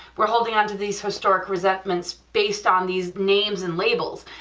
we're holding on to these historic resentments based on these names and labels,